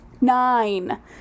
nine